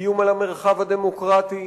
איום על המרחב הדמוקרטי,